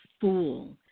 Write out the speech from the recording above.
fool